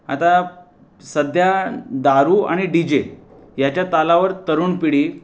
आता सध्या दारू आणि डी जे ह्याच्या तालावर तरुण पिढी